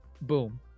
boom